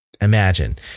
imagine